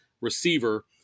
receiver